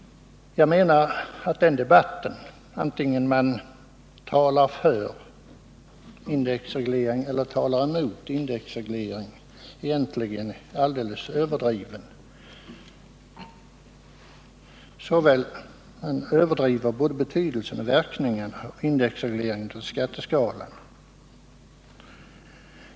Jag menar att debatten, vare sig man talar för eller emot indexreglering, egentligen är kraftigt överdriven. Man överdriver både betydelsen och verkningarna av indexregleringen av skatteskalan.